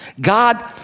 God